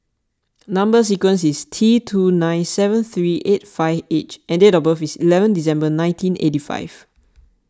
Number Sequence is T two zero nine seven three eight five H and date of birth is eleven December nineteen eight five